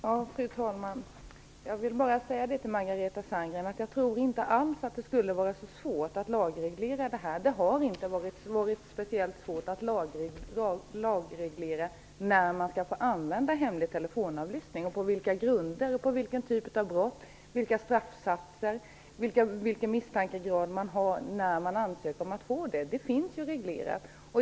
Fru talman! Jag vill bara säga till Margareta Sandgren att jag inte alls tror att det skulle vara så svårt att lagreglera. Det har inte varit speciellt svårt att lagreglera användningen av hemlig telefonavlyssning vad gäller vilka grunder, vilken typ av brott, vilka straffsatser och vilken misstankegrad som skall föreligga när man ansöker om att få avlyssna. Det finns ju reglerat.